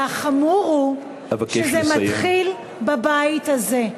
והחמור הוא שזה מתחיל בבית הזה.